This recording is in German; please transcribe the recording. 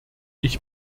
ich